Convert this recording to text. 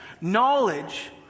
Knowledge